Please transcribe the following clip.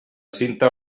cinta